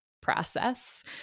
process